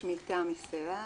שמי תמי סלע,